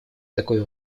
такой